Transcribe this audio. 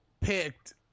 picked